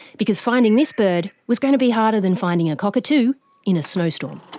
because finding this bird was going to be harder than finding a cockatoo in a snowstorm.